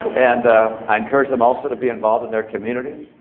and i encourage them also to be involved in their communities,